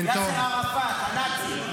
יאסר ערפאת הנאצי.